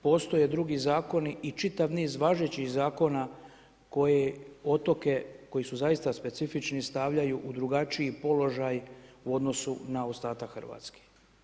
Postoje drugi zakoni i čitav niz važećih zakona koji otoke, koji su zaista specifični, stavljaju u drugačiji položaj u odnosu na ostatak Hrvatske.